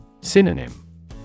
Synonym